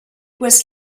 was